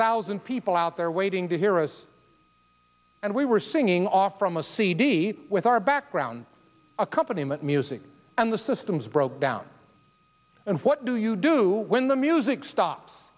thousand people out there waiting to hear us and we were singing off from a c d with our background accompanied with music and the systems broke down and what do you do when the music stops